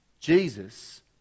Jesus